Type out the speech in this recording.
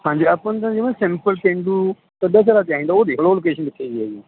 ਹਾਂਜੀ ਆਪਾਂ ਨੂੰ ਤਾਂ ਜਮ੍ਹਾ ਸਿੰਪਲ ਪੇਂਡੂ ਸੱਭਿਆਚਾਰ ਚਾਹੀਦਾ ਉਹ ਦੇਖ ਲੋ ਲੋਕੇਸ਼ਨ ਕਿੱਥੇ ਦੀ ਹੈ ਜੀ